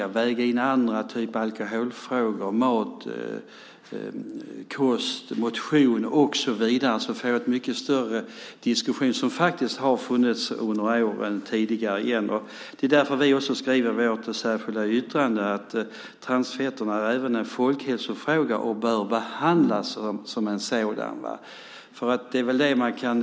Man kan väga in annat, till exempel alkoholfrågor och frågor om kost och motion, så att man får en större diskussion. Det har faktiskt funnits en sådan diskussion under tidigare år. Därför skriver vi i vårt särskilda yttrande: "Transfetterna är även en folkhälsofråga och bör behandlas som en sådan."